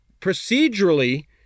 procedurally